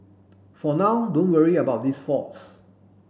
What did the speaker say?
for now don't worry about these faults